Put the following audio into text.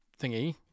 thingy